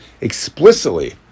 explicitly